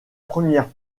première